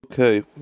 Okay